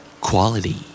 Quality